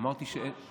אמרתי, לא,